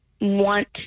want